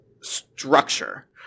structure